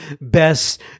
Best